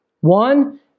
One